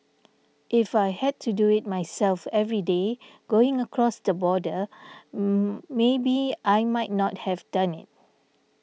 if I had to do it myself every day going across the border maybe I might not have done it